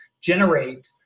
generate